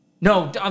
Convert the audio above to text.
No